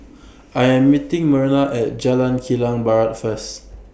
I Am meeting Merna At Jalan Kilang Barat First